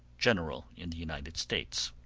general in the united states.